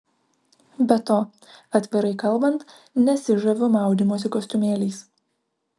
be to atvirai kalbant nesižaviu maudymosi kostiumėliais